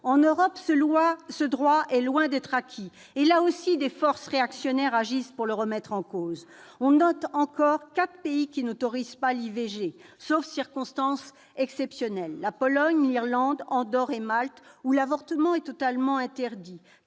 En Europe, ce droit est loin d'être acquis et des forces réactionnaires agissent pour le remettre en cause. On relève encore quatre pays n'autorisant pas l'IVG, sauf circonstances exceptionnelles : la Pologne, l'Irlande, Andorre et Malte, où l'avortement est totalement interdit.